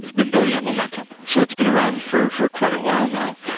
been building up momentum. so it's been around for for quite a while now,